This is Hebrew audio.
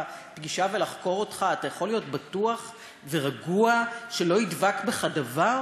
פגישה ולחקור אותך אתה יכול להיות בטוח ורגוע שלא ידבק בך דבר?